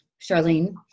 Charlene